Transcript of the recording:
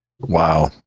Wow